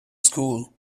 school